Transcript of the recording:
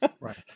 Right